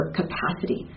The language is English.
capacity